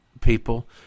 people